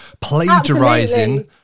plagiarizing